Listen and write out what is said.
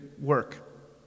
work